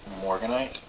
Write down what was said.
Morganite